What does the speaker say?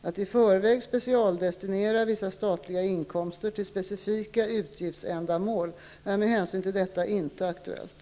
Att i förväg specialdestinera vissa statliga inkomster till specifika utgiftsändamål är med hänsyn till detta inte aktuellt.